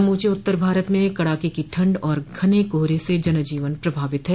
समूचे उत्तर भारत में कड़ाके की ठंड और घने कोहरे से जनजीवन प्रभावित है